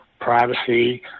privacy